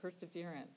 perseverance